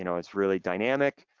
you know it's really dynamic.